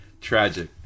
tragic